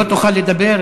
לא תוכל לדבר,